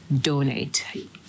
donate